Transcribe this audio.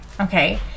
okay